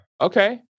Okay